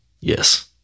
Yes